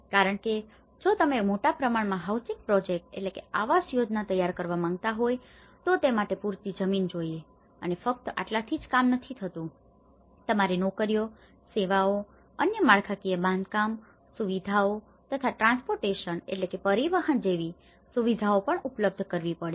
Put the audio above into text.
કારણ કે જો તમે મોટા પ્રમાણમાં હાઉસિંગ પ્રોજેક્ટ housing project આવાસ યોજના તૈયાર કરવા માંગતા હોય તો તે માટે પૂરતી જમીન જોઈએ અને ફક્ત આટલાથી જ કામ નથી થતું તમારે નોકરીઓ સેવાઓ અન્ય માળખાકીય બાંધકામ સુવિધાઓ તથા ટ્રાન્સપોર્ટટેશન transportation પરિવહન જેવી સુવિધાઓ પણ ઉપલબ્ધ કરવી પડે